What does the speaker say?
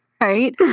Right